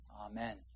Amen